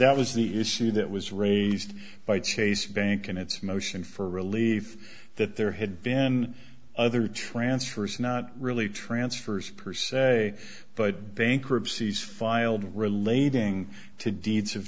that was the issue that was raised by chase bank in its motion for relief that there had been other transfers not really transfers perceval but bankruptcy's filed relating to deeds